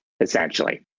essentially